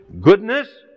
goodness